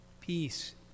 peace